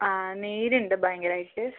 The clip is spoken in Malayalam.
ആ നീരുണ്ട് ഭയങ്കരമായിട്ട്